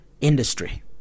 industry